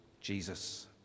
Jesus